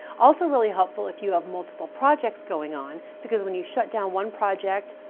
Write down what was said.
also really helpful if you have multiple projects going on, because when you shut down one project,